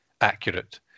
accurate